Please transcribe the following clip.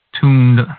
tuned